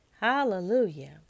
Hallelujah